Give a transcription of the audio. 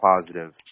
positive